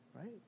right